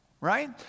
right